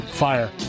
fire